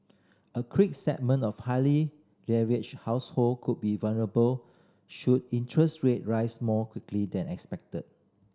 a segment of highly leveraged household could be vulnerable should interest rate rise more quickly than expected